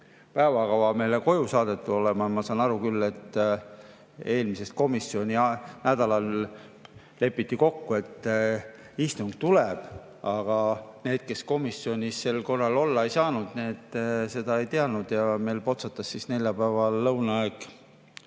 päevakava meile koju saadetud olema. Ma saan aru küll, et eelmisel nädalal lepiti kokku, et istung tuleb, aga need, kes komisjonis sel korral olla ei saanud, seda ei teadnud. Ja meile potsatas neljapäeva lõuna ajal